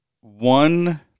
one